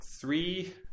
three